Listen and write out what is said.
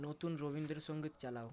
নতুন রবীন্দ্রসঙ্গীত চালাও